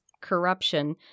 corruption